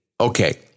Okay